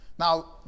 Now